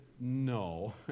no